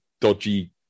dodgy